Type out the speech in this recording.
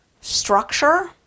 structure